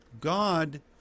God